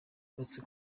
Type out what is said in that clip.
yubatswe